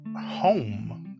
home